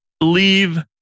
leave